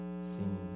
seen